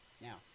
now